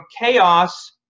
chaos